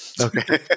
Okay